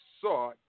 Sought